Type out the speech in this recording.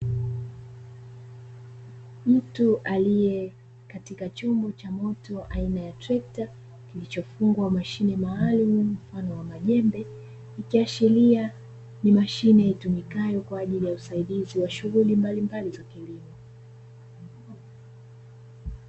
Mtu aliye katika chombo cha moto aina ya trekta kilichofungwa mashine maalumu mfano wa majembe ikiashiria ni mashine itumikayo kwa ajili ya usaidizi wa shughuli mbalimbali za kilimo.